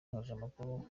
umunyamakuru